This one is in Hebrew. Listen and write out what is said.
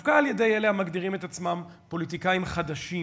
דווקא על-ידי אלה המגדירים את עצמם "פוליטיקאים חדשים",